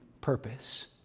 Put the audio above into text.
purpose